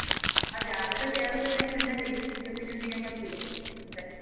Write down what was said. ആ ജാതകം ചേർന്നില്ലെങ്കിൽ എന്നാ ചെയ്യും നമുക്ക് എന്തെങ്കിലും ചെയ്യാൻ പറ്റുവോ